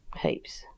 heaps